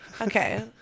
Okay